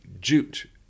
jute